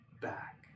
back